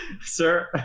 Sir